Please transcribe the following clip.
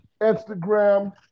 Instagram